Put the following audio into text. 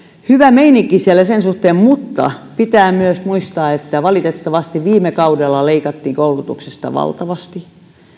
hyvä meininki siellä sen suhteen mutta pitää myös muistaa että valitettavasti viime kaudella leikattiin koulutuksesta valtavasti